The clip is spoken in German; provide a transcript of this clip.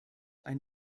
ein